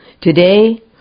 Today